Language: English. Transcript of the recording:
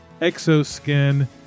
Exoskin